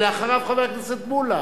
אחריו, חבר הכנסת מולה.